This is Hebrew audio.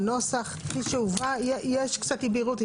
בנוסח כפי שהובא יש קצת אי בהירות.